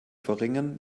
verringern